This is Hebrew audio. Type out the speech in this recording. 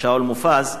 שאול מופז,